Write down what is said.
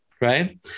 Right